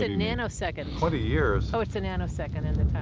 and nanosecond. twenty years? oh, it's a nanosecond in the